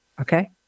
Okay